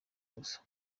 gusa